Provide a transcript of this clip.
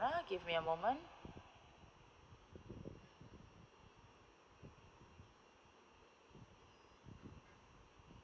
okay give me a moment